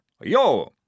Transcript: yo